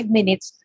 minutes